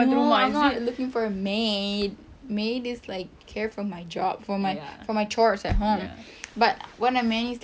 no I'm not looking for a maid maid is like care for my job for my chores at home but what I mean is like